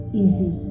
easy